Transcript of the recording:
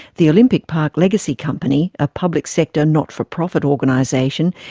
the olympic park legacy company, a public sector, not-for-profit organisation,